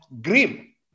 grim